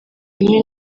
rimwe